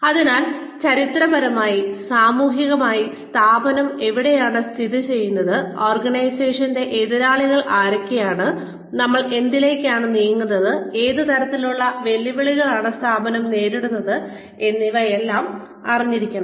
അതിനാൽ ചരിത്രപരമായി സാമൂഹികമായി സ്ഥാപനം എവിടെയാണ് സ്ഥിതി ചെയ്യുന്നത് ഓർഗനൈസേഷൻന്റെ എതിരാളികൾ ആരൊക്കെയാണ് നമ്മൾ എന്തിലേക്കാണ് നീങ്ങുന്നത് ഏത് തരത്തിലുള്ള വെല്ലുവിളികളാണ് സ്ഥാപനം നേരിടുന്നത് എന്നിവയെല്ലാം അറിഞ്ഞിരിക്കണം